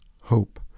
hope